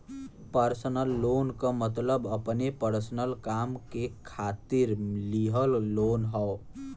personal loan क मतलब अपने पर्सनल काम के खातिर लिहल लोन हौ